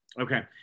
Okay